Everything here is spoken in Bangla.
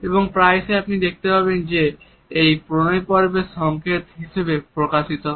এবং প্রায়শই আপনি দেখতে পাবেন যে এটি প্রণয়পর্বের সংকেত হিসেবে প্রকাশিত হয়